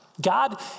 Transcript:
God